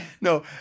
No